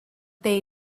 they